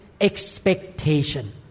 expectation